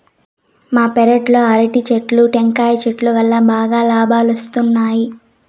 మా పెరట్లో అరటి చెట్లు, టెంకాయల చెట్టు వల్లా బాగా లాబాలొస్తున్నాయి